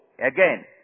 again